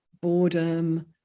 boredom